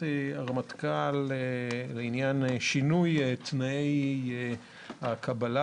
הדיון: הצעות לסדר היום בנושא: "החלטת